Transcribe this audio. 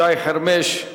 שי חרמש,